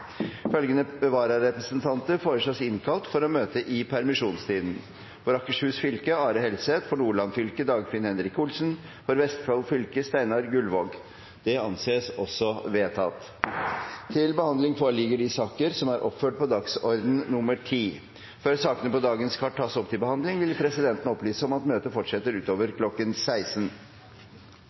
Følgende vararepresentanter innkalles for å møte i permisjonstiden: For Akershusfylke: Are Helseth For Nordland fylke: Dagfinn Henrik Olsen For Vestfold fylke: Steinar Gullvåg Før sakene på dagens kart tas opp til behandling, vil presidenten opplyse om at møtet fortsetter utover kl. 16.